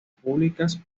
públicas